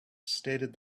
stated